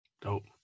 Dope